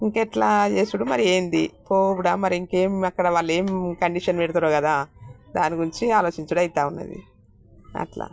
ఇంక ఎట్లా చేసుడు మరి ఏమిటి పోవుడా మరి ఇంకేం అక్కడ వాళ్ళేం కండిషన్ పెడతారో కదా దాని గురించి ఆలోచించడం అవుతావున్నది అట్లా